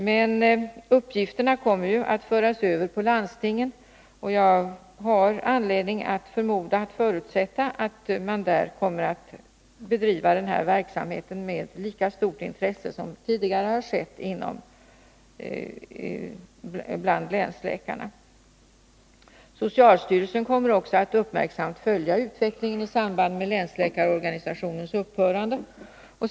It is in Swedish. Men uppgifterna kommer ju att föras över på landstingen, och jag har anledning att förutsätta att man där kommer att bedriva denna verksamhet med lika stort intresse som tidigare länsläkarna gjort. Socialstyrelsen kommer också att uppmärksamt följa utvecklingen i samband med länsläkarorganisationens upphörande.